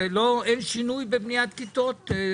אין שינוי בבניית כיתות?